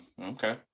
Okay